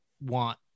want